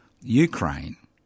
Ukraine